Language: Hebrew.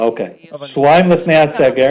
שבועיים לפני הסגר,